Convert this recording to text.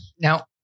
Now